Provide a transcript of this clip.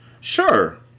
Sure